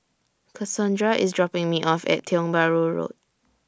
Cassondra IS dropping Me off At Tiong Bahru Road